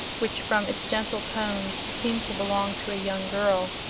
which from its gentle tones seemed to belong to a young girl.